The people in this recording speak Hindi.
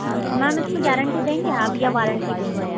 अच्छा मैम इसमें गारंटी देंगी आप या वारंटी देंगी